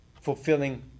Fulfilling